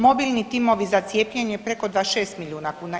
Mobilni timovi za cijepljenje preko 26 milijuna kuna.